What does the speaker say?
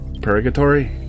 purgatory